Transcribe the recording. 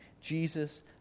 Jesus